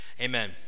Amen